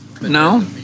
No